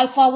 alpha